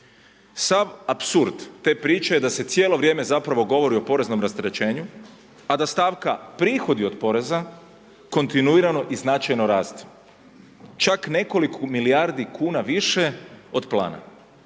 Sav apsurd te priče je da se cijelo vrijeme zapravo govori o poreznom rasterećenju, a da stavka prihodi od poreza, kontinuirano i značajno rastu. Čak nekoliko milijardi kuna više od plana.